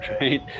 right